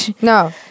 no